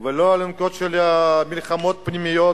ולא אלונקות של מלחמות פנימיות,